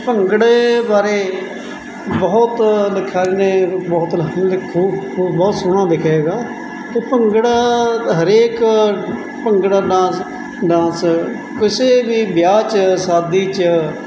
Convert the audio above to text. ਭੰਗੜੇ ਬਾਰੇ ਬਹੁਤ ਲਿਖਾਰੀ ਨੇ ਬਹੁਤ ਖੂਬ ਬਹੁਤ ਸੋਹਣਾ ਲਿਖਿਆ ਹੈਗਾ ਉਹ ਭੰਗੜਾ ਹਰੇਕ ਭੰਗੜਾ ਡਾਂਸ ਡਾਂਸ ਕਿਸੇ ਵੀ ਵਿਆਹ 'ਚ ਸ਼ਾਦੀ 'ਚ